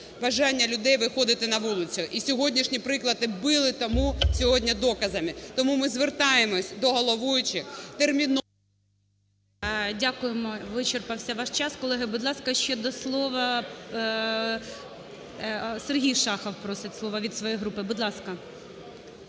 бажання людей виходити на вулицю. І сьогоднішні приклади були тому сьогодні доказами. Тому ми звертаємося до головуючих, терміново… ГОЛОВУЮЧИЙ. Дякуємо, вичерпався ваш час. Колеги, будь ласка, ще до слова Сергій Шахов просить слово від своєї групи, будь ласка.